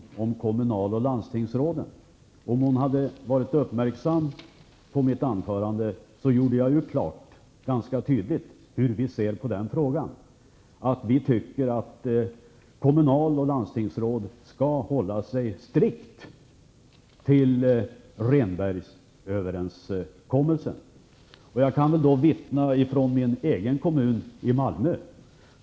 Jag vill understryka att om hon hade varit uppmärksam på mitt anförande så hade hon hört att jag ganska tydligt gjorde klart hur vi ser på den frågan. Vi tycker att kommunal och landstingsråd skall hålla sig strikt till Rehnbergöverenskommelsen. Jag kan vittna från min egen kommun i Malmö.